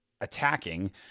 attacking